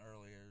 earlier